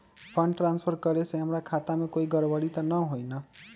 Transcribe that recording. Fund transfer करे से हमर खाता में कोई गड़बड़ी त न होई न?